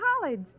college